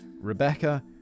rebecca